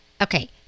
Okay